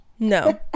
No